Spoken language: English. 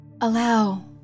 allow